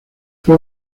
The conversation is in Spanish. fue